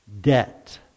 debt